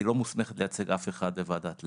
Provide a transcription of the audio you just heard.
היא לא מוסמכת לייצג אף אחד בוועדת למ"ד,